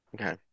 Okay